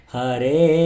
Hare